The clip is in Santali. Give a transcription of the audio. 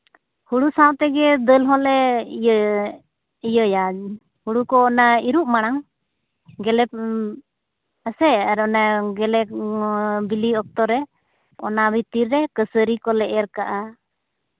ᱦᱳᱲᱳ ᱥᱟᱶᱛᱮ ᱫᱟᱹᱞ ᱦᱚᱸᱞᱮ ᱤᱭᱟᱹ ᱭᱟ ᱦᱳᱲᱳ ᱠᱚ ᱚᱱᱟ ᱤᱨᱚᱜ ᱢᱟᱲᱟᱝ ᱜᱮᱞᱮ ᱟᱥᱮ ᱟᱨ ᱚᱱᱟ ᱜᱮᱞᱮ ᱵᱤᱞᱤ ᱚᱠᱛᱚ ᱨᱮ ᱚᱱᱟ ᱵᱷᱤᱛᱨᱤ ᱨᱮ ᱠᱟᱹᱥᱟᱹᱨᱤ ᱠᱚᱞᱮ ᱮᱨᱻ ᱠᱟᱜᱼᱟ